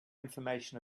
information